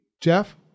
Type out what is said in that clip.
Jeff